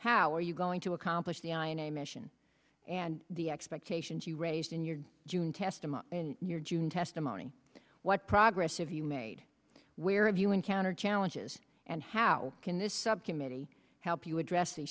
how are you going to accomplish the i in a mission and the expectations you raised in your june testimony in your june testimony what progress have you made where have you encountered challenges and how can this subcommittee help you address the